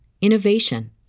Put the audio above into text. innovation